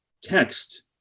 text